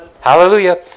Hallelujah